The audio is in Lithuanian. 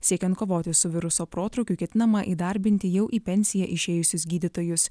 siekiant kovoti su viruso protrūkiu ketinama įdarbinti jau į pensiją išėjusius gydytojus